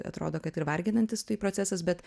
atrodo kad ir varginantis tai procesas bet